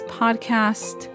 podcast